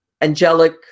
angelic